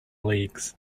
leagues